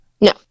No